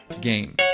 game